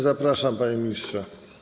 Zapraszam, panie ministrze.